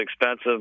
expensive